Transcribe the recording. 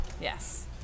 Yes